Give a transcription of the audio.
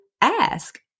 ask